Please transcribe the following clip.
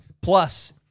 plus